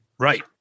Right